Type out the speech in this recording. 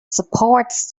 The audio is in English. supports